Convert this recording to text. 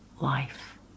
life